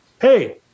Hey